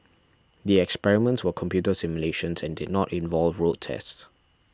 the experiments were computer simulations and did not involve road tests